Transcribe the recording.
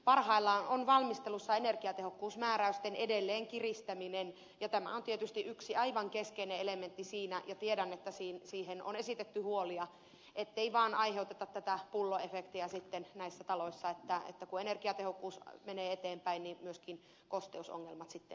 parhaillaan on valmistelussa energiatehokkuusmääräysten edelleenkiristäminen ja tämä on tietysti yksi aivan keskeinen elementti siinä ja tiedän että siitä on esitetty huolia ettei sitten vaan aiheuteta tätä pulloefektiä näissä taloissa että kun energiatehokkuus menee eteenpäin niin myöskin kosteusongelmat sitten tiivistyvät